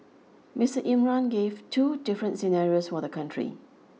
Mister Imran gave two different scenarios for the country